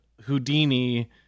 Houdini